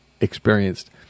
experienced